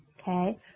Okay